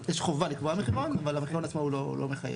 יש חובה לקבוע מחירון אבל המחירון עצמו הוא לא מחייב.